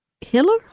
Hiller